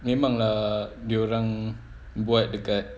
memang lah dia orang buat dekat